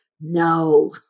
no